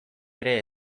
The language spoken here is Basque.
ere